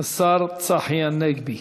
השר צחי הנגבי.